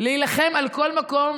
להילחם על כל מקום